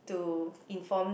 to inform